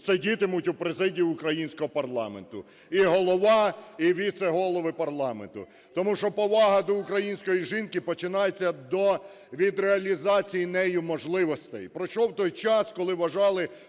сидітимуть у президії українського парламенту: і Голова, і віце-голови парламенту. Тому що повага до української жінки починається від реалізації нею можливостей. Пройшов той час, коли вважали,